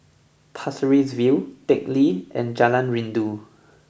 Pasir Ris View Teck Lee and Jalan Rindu